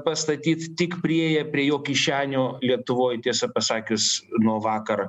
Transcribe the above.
pastatyt tik priėję prie jo kišenių lietuvoj tiesą pasakius nuo vakar